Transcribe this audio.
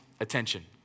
Attention